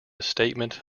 statement